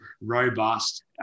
robust